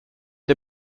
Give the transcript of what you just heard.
der